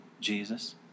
Jesus